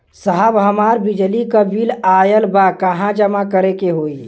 साहब हमार बिजली क बिल ऑयल बा कहाँ जमा करेके होइ?